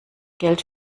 geld